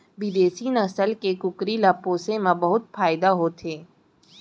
बिदेसी नसल के कुकरी ल पोसे म बहुत फायदा होथे